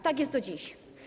Tak jest do dziś.